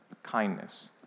kindness